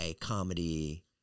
comedy